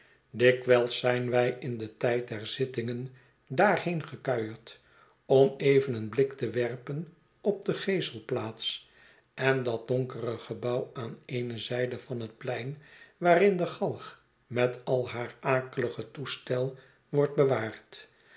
dikwijls zyn wij in den tijd der zittingen daarheen gekuierd om even een blik te werpen op de geeselplaats en dat donkere gebouw aan eene ztjde van het plein waarin de galg met al haar akeligen toestel wordt bewaard